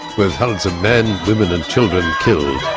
with hundreds of men, women and children killed.